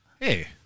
Hey